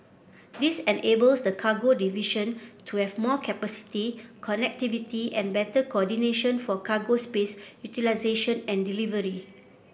this enables the cargo division to have more capacity connectivity and better coordination for cargo space utilisation and delivery